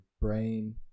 brain